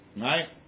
right